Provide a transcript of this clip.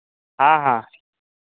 हँ हँ